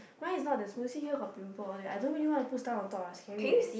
mine is not that smooth see here got pimple all that I don't really wanna put stuff on top ah scary eh